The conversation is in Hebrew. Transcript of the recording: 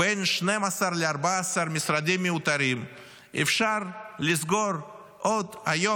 בין 12 ל-14 משרדים מיותרים אפשר לסגור עוד היום,